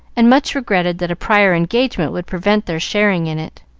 and much regretted that a prior engagement would prevent their sharing in it.